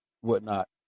whatnot